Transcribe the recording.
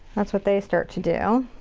that's what they start to do.